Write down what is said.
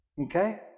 okay